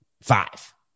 five